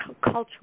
cultural